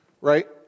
right